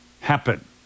happen